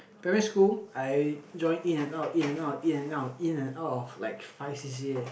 primary school I join in and out in and out in and out in and out of like five c_c_a